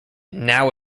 now